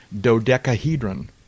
dodecahedron